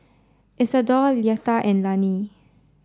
Isadore Leitha and Lani